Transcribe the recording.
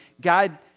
God